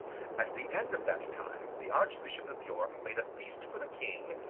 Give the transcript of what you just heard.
at the end of that time, the archbishop of york made a feast for the king,